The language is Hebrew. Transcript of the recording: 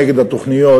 נגד התוכניות.